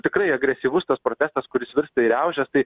tikrai agresyvus tas protestas kuris virsta į riaušes tai